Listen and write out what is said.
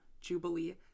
Jubilee